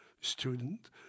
student